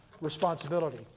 responsibility